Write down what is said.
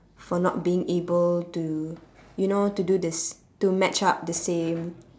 for not being able to you know to do the s~ to match up the same